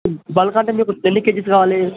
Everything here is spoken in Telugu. బల్క్ అంటే మీకు ఎన్నికేజీస్ కావాలి